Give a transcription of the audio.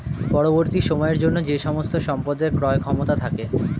পরবর্তী সময়ের জন্য যে সমস্ত সম্পদের ক্রয় ক্ষমতা থাকে